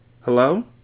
Hello